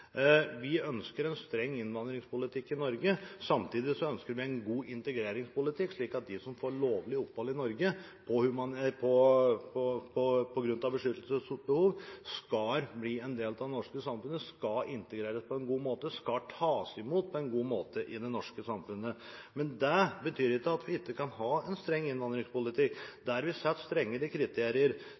Vi ønsker en streng innvandringspolitikk i Norge. Samtidig ønsker vi en god integreringspolitikk, slik at de som får lovlig opphold i Norge på grunn av beskyttelsesbehov, skal bli en del av det norske samfunnet – skal integreres på en god måte, skal tas imot på en god måte. Men det betyr ikke at vi ikke kan ha en streng innvandringspolitikk der vi har strengere kriterier